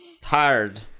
tired